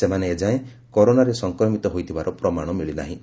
ସେମାନେ ଏଯାଏଁ କରୋନାରେ ସଂକ୍ରମିତ ହୋଇଥିବାର ପ୍ରମାଣ ମିଳିନାହିଁ